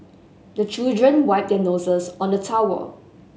the children wipe their noses on the towel